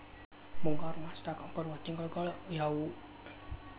ಮುಂಗಾರು ಮಾಸದಾಗ ಬರುವ ತಿಂಗಳುಗಳ ಯಾವವು?